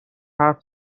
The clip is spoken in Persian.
حرف